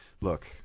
Look